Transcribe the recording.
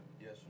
Yes